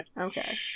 Okay